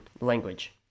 language